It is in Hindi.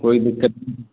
कोई दिक़्क़त